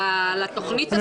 על התוכנית עצמה?